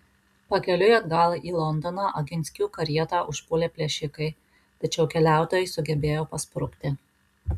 pakeliui atgal į londoną oginskių karietą užpuolė plėšikai tačiau keliautojai sugebėjo pasprukti